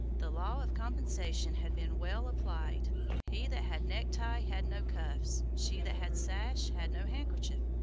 the law of compensation had been well applied he that had necktie had no cuffs she that had sash had no handkerchief,